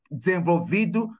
desenvolvido